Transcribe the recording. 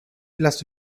las